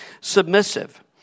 submissive